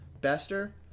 Bester